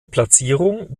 platzierung